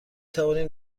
توانیم